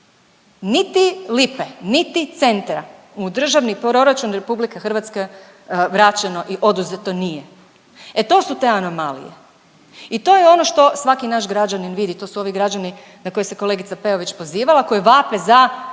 Niti lipe, niti centa u državni proračun Republike Hrvatske vraćeno i oduzeto nije. E to su te anomalije i to je ono što svaki naš građanin vidi, to su ovi građani na koje se kolegica Peović pozivala, koji vape za